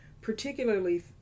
particularly